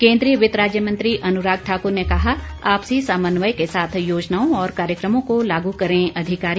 केंद्रीय वित्त राज्य मंत्री अनुराग ठाकुर ने कहा आपसी समन्वय के साथ योजनाओं और कार्यक्रमों को लागू करें अधिकारी